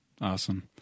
Awesome